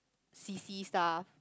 C_C stuff